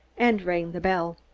and rang the bell.